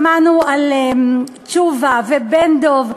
שמענו על תשובה ובן-דב,